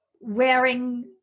wearing